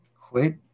quit